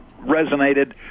resonated